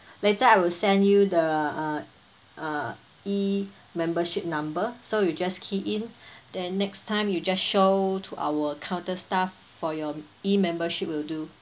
later I will send you the uh uh E_membership number so you just key in then next time you just show two hour counter staff for your E_membership will do